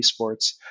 esports